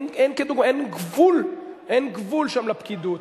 אין גבול אין גבול שם לפקידות.